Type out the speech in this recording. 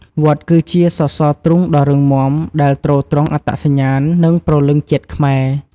វត្តគឺជា សសរទ្រូងដ៏រឹងមាំ ដែលទ្រទ្រង់អត្តសញ្ញាណ និងព្រលឹងជាតិខ្មែរ។